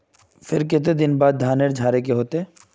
फिर केते दिन बाद धानेर झाड़े के होते?